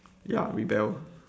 ya rebel